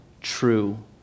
true